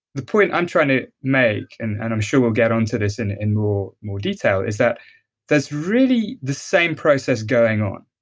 the point i'm trying to make. and and i'm sure we'll get onto this in in more more detail, is that there's really the same process going on.